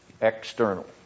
External